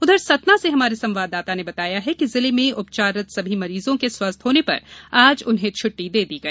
उधर सतना से हमारे संवाददाता ने बताया है कि जिले में उपचाररत सभी मरीजों के स्वस्थ होने पर आज उन्हें छुट्टी दे दी गई